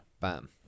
Bam